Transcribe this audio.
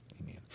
amen